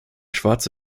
schwarze